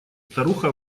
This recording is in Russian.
старуха